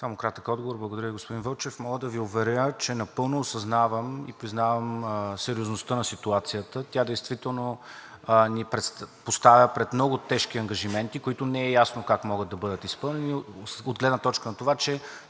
Само кратък отговор, благодаря Ви. Господин Вълчев, мога да Ви уверя, че напълно осъзнавам и признавам сериозността на ситуацията. Тя действително ни поставя пред много тежки ангажименти, които не е ясно как могат да бъдат изпълнени от гледна точка на това, че